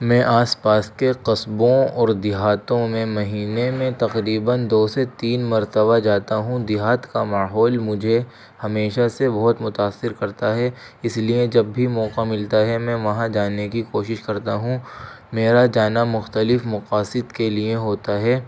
میں آس پاس کے قصبوں اور دیہاتوں میں مہینے میں تقریباً دو سے تین مرتبہ جاتا ہوں دیہات کا ماحول مجھے ہمیشہ سے بہت متاثر کرتا ہے اس لیے جب بھی موقع ملتا ہے میں وہاں جانے کی کوشش کرتا ہوں میرا جانا مختلف مقاصد کے لیے ہوتا ہے